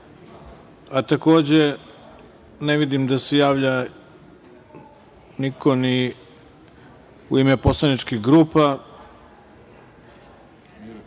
a takođe ne vidim da se javlja niko ni u ime poslaničkih grupa,